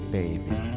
baby